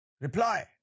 Reply